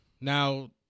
Now